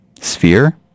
sphere